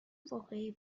واقعی